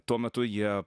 tuo metu jie